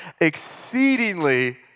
exceedingly